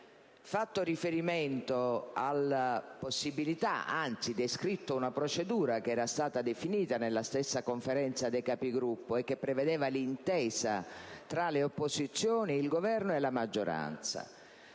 fatto riferimento alla possibilità, anzi descritto una procedura che è stata definita nella stessa Conferenza dei Capigruppo e che prevedeva l'intesa tra le opposizioni, il Governo e la maggioranza.